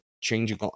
changing